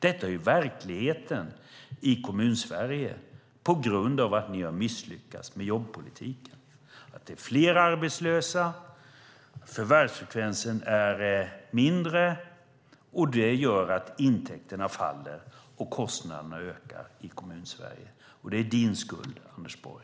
Detta är verkligheten i Kommunsverige på grund av att ni har misslyckats med jobbpolitiken. Det är fler arbetslösa och förvärvsfrekvensen är mindre, och det gör att intäkterna faller och kostnaderna ökar i Kommunsverige. Det är din skuld, Anders Borg.